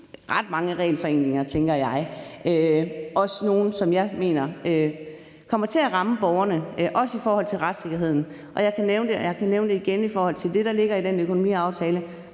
ret mange regelforenklinger, tænker jeg, også nogle, som jeg mener kommer til at ramme borgerne, bl.a. i forhold til retssikkerheden. Jeg kan nævne det, og jeg kan nævne det igen i forhold til det, der ligger i den økonomiaftale;